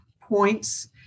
points